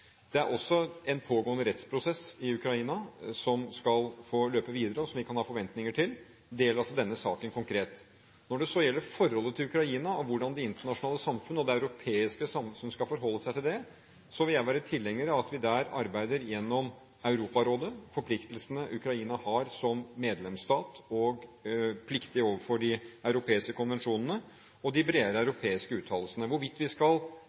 er i en pågående rettsprosess i Ukraina, en sak som skal få løpe videre, og som vi kan ha forventninger til. Når det så gjelder forholdet til Ukraina og hvordan det internasjonale – og det europeiske – samfunnet skal forholde seg til det, vil jeg være tilhenger av at vi der arbeider gjennom Europarådet og de forpliktelsene Ukraina har som medlemsstat og pliktig overfor de europeiske konvensjonene, og de bredere europeiske uttalelsene. Hvorvidt vi skal